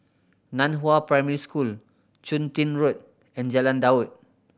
Nan Hua Primary School Chun Tin Road and Jalan Daud